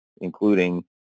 including